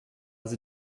sie